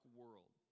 world